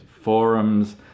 forums